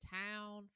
town